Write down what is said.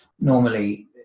normally